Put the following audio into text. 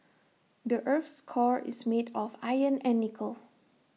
the Earth's core is made of iron and nickel